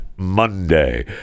monday